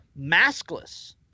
maskless